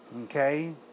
Okay